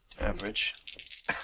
Average